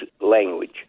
language